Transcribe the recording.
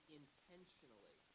intentionally